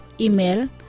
Email